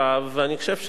ואני חושב שהם צודקים.